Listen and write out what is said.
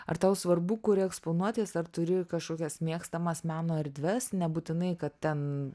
ar tau svarbu kur eksponuotis ar turi kažkokias mėgstamas meno erdves nebūtinai kad ten